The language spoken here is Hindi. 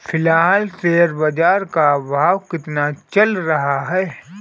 फिलहाल शेयर बाजार का भाव कितना चल रहा है?